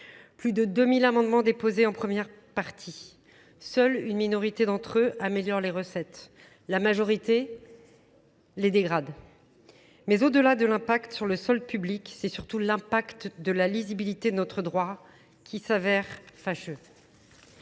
Plus de 2000 amendements déposés en première partie. Seule une minorité d'entre eux améliore les recettes. La majorité les dégrade. Mais au-delà de l'impact sur le solde public, c'est surtout l'impact de la lisibilité de notre droit qui s'avère fâcheux.